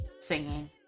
singing